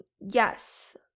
yes